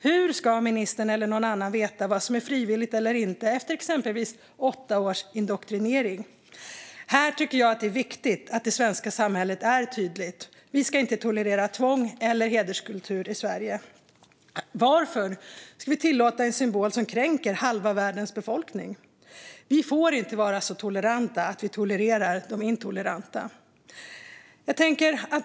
Hur ska ministern eller någon annan veta vad som är frivilligt eller inte efter exempelvis åtta års indoktrinering? Här tycker jag att det är viktigt att det svenska samhället är tydligt. Vi ska inte tolerera tvång eller hederskultur i Sverige. Varför ska vi tillåta en symbol som kränker halva världens befolkning? Vi får inte vara så toleranta att vi tolererar de intoleranta.